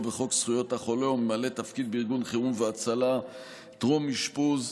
בחוק זכויות החולה או ממלא תפקיד בארגון חירום והצלה טרום אשפוז,